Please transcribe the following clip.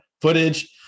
Footage